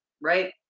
right